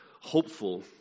hopeful